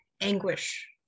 anguish